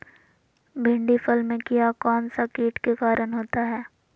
भिंडी फल में किया कौन सा किट के कारण होता है?